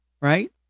right